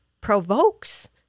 provokes